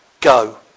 go